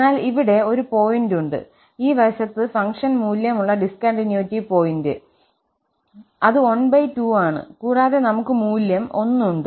എന്നാൽ ഇവിടെ ഒരു പോയിന്റ് ഉണ്ട് ഈ വശത്ത് ഫംഗ്ഷൻ മൂല്യം ഉള്ള ഡിസ്കണ്ടിന്യൂറ്റി പോയിന്റ് അത് 12ആണ് കൂടാതെ നമുക് മൂല്യം 1 ഉണ്ട്